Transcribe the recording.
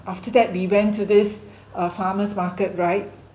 after that we went to this uh farmers' market right